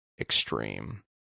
extreme